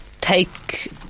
take